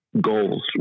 goals